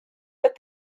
but